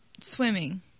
Swimming